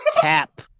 Cap